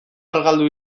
argaldu